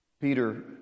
Peter